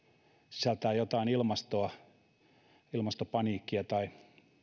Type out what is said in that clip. sisältää jotain ilmastopaniikkia tai